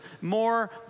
more